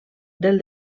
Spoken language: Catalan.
del